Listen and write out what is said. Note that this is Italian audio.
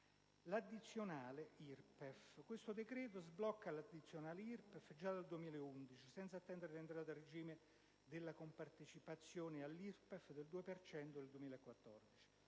stessi. Inoltre, questo decreto sblocca l'addizionale IRPEF già dal 2011, senza attendere l'entrata a regime della compartecipazione all'IRPEF del 2 per cento